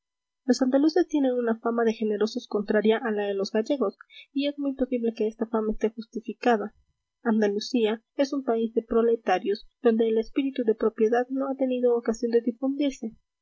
los andaluces tienen una fama de generosos contraria a la de los gallegos y es muy posible que esta fama esté justificada andalucía es un país de proletarios donde el espíritu de propiedad no ha tenido ocasión de difundirse